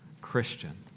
Christian